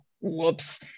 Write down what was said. whoops